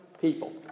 people